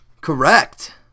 Correct